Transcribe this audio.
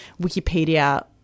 Wikipedia